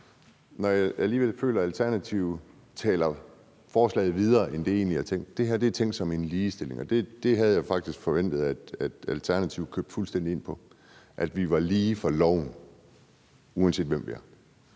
for jeg føler, at Alternativet tager forslaget videre, end det egentlig var tænkt. Det her er tænkt som en ligestilling, og det havde jeg faktisk forventet at Alternativet købte fuldstændig ind på, altså at vi er lige for loven, uanset hvem vi er.